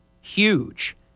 huge